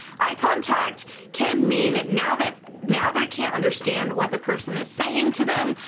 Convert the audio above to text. eye contact can mean now that, now they can't understand what the person is saying to them.